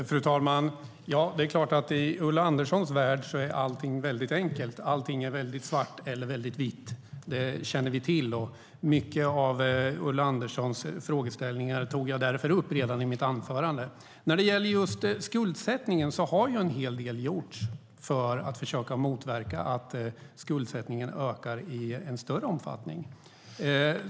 Fru talman! I Ulla Anderssons värld är allting väldigt enkelt. Allting är väldigt svart eller väldigt vitt. Det känner vi till. Mycket av Ulla Anderssons frågeställningar tog jag därför upp redan i mitt anförande. När det gäller just skuldsättningen har en hel del gjorts för att försöka motverka att skuldsättningen ökar i en större omfattning.